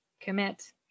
commit